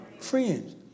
Friends